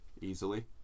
easily